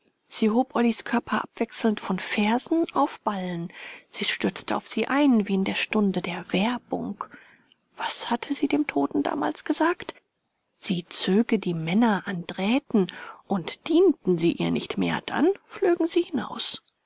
sie hob ollys körper abwechselnd von fersen auf ballen sie stürmte auf sie ein wie in der stunde der werbung was hatte sie dem toten damals gesagt sie zöge die männer an drähten und dienten sie ihr nicht mehr dann flögen sie hinaus